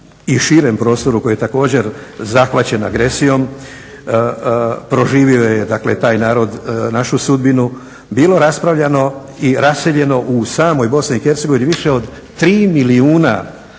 i širem prostoru koje je također zahvaćeno agresijom, proživio je dakle taj narod našu sudbinu, bilo raspravljano i raseljeno u samoj BiH više od 3 milijuna